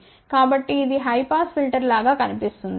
కాబట్టి ఇది high pass filter లాగా కనిపిస్తుంది